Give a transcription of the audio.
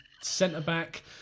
centre-back